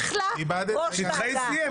כי עוד לא דיברתי עם הנשיאות.